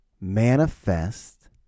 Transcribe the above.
manifest